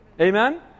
Amen